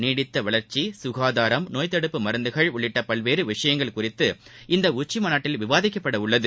நீடித்த வளர்ச்சி ககாதாரம் நோய் தடுப்பு மருந்துகள் உள்ளிட்ட பல்வேறு விஷயங்கள் குறித்து இந்த உச்சி மாநாட்டில் விவாதிக்கப்பட உள்ளது